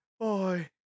Boy